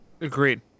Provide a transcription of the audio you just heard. Agreed